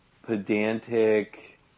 pedantic